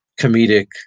comedic